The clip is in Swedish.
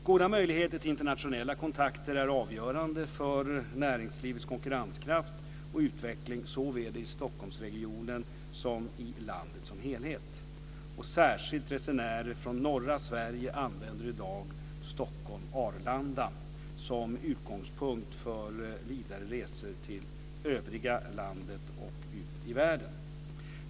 Goda möjligheter till internationella kontakter är avgörande för näringslivets konkurrenskraft och utveckling såväl i Stockholmsregionen som i landet som helhet. Särskilt resenärer från norra Sverige använder i dag Stockholm-Arlanda som utgångspunkt för vidare resor till övriga landet och ut i världen.